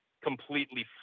completely